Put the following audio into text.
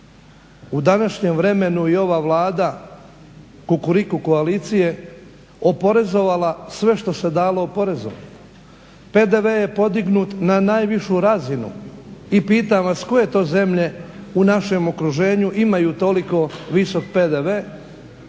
u današnjem vremenu i ova Vlada Kukuriku koalicije oporezovala sve što se dalo oporezovat. PDV je podignut na najvišu razinu i pitam vas koje to zemlje u našem okruženju imaju toliko visok PDV,